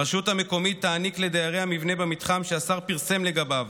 הרשות המקומית תעניק לדיירי המבנה במתחם שהשר פרסם לגביו